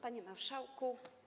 Panie Marszałku!